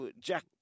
Jack